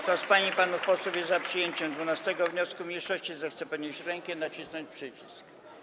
Kto z pań i panów posłów jest za przyjęciem 12. wniosku mniejszości, zechce podnieść rękę i nacisnąć przycisk.